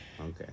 okay